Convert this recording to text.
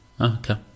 okay